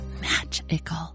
magical